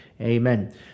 Amen